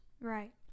Right